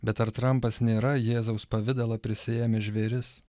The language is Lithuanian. bet ar trumpas nėra jėzaus pavidalą prisiėmęs žvėris